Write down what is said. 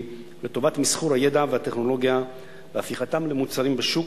לטובת מסחור הידע והטכנולוגיה והפיכתם למוצרים בשוק,